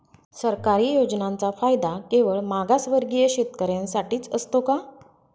सरकारी योजनांचा फायदा केवळ मागासवर्गीय शेतकऱ्यांसाठीच असतो का?